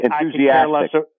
enthusiastic